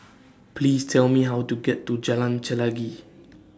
Please Tell Me How to get to Jalan Chelagi